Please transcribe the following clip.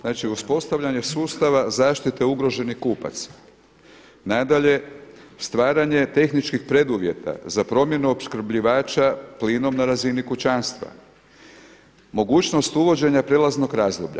Znači uspostavljanje sustava zaštite ugroženih kupaca, nadalje stvaranje tehničkih preduvjeta za promjenu opskrbljivača plinom na razini kućanstva, mogućnost uvođenja prijelaznog razdoblja.